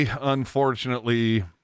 unfortunately